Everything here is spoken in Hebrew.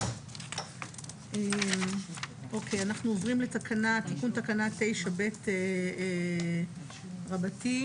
אנחנו עוברים לתיקון תקנה 9ב רבתי.